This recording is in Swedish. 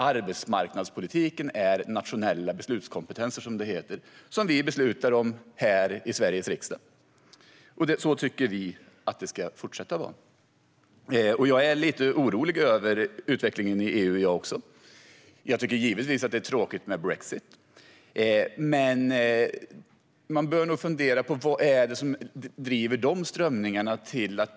Arbetsmarknadspolitiken är nationell beslutskompetens, som det heter. Vi beslutar om den här i Sveriges riksdag. Så tycker vi att det ska fortsätta att vara. Också jag är lite orolig över utvecklingen i EU. Jag tycker givetvis att det är tråkigt med brexit. Men man bör nog fundera på vad det är som driver fram de strömningarna.